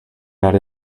had